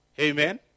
Amen